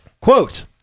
Quote